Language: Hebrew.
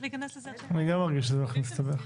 אני גם מרגיש שזה הולך להסתבך.